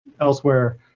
elsewhere